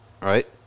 right